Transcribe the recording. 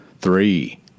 three